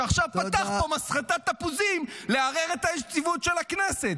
שעכשיו פתח פה מסחטת תפוזים לערער את היציבות של הכנסת,